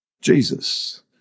Jesus